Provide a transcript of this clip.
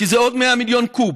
כי זה עוד 100 מיליון קוב.